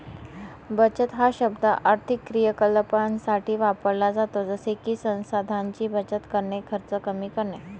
बचत हा शब्द आर्थिक क्रियाकलापांसाठी वापरला जातो जसे की संसाधनांची बचत करणे, खर्च कमी करणे